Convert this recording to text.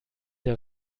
der